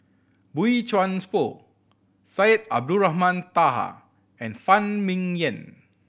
Boey Chuan Poh Syed Abdulrahman Taha and Phan Ming Yen